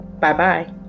Bye-bye